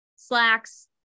slacks